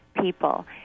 people